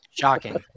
Shocking